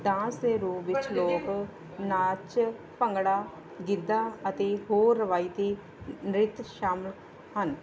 dance ਦੇ ਰੂਪ ਵਿੱਚ ਲੋਕ ਨਾਚ ਭੰਗੜਾ ਗਿੱਧਾ ਅਤੇ ਹੋਰ ਰਵਾਇਤੀ ਨ੍ਰਿਤ ਸ਼ਾਮਿਲ ਹਨ